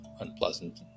unpleasant